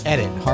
Edit